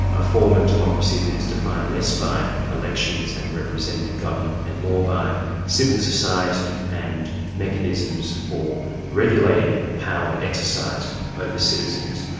a form of democracy that is defined less by elections and representative government and more by civil society and mechanisms for regulating power exercised over citizens.